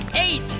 eight